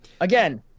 again